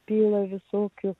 pilna visokių